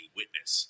witness